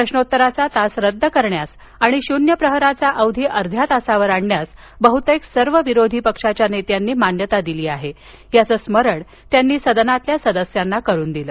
प्रश्रोत्तराचा तास रद्द करण्यास आणि शून्य प्रहराचा अवधी अध्या तासावर आणण्यास बहुतेक सर्व विरोधी पक्षांच्या नेत्यांनी मान्यता दिली आहे याचं स्मरण त्यांनी सदनातील सदस्यांना करून दिलं